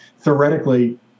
theoretically